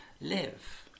live